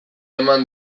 eman